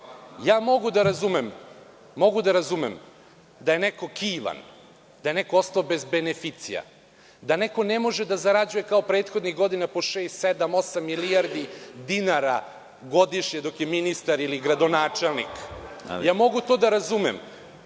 mogu da razumem da je neko kivan, da je neko ostao bez beneficija, da neko ne može da zarađuje kao prethodnih godina po šest, sedam, osam milijardi dinara godišnje, dok je ministar ili gradonačelnik. Ja mogu to da razumem,